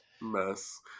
Mess